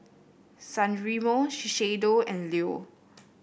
San Remo Shiseido and Leo